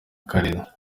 karere